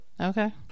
Okay